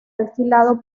alquilado